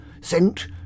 sent